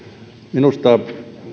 minusta